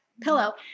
pillow